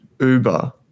Uber